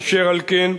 אשר על כן,